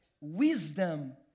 wisdom